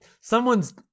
someone's